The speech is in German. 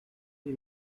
die